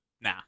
nah